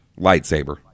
lightsaber